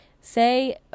Say